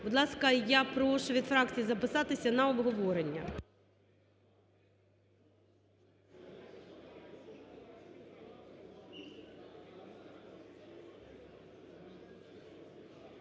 Будь ласка, я прошу від фракцій записатися на обговорення.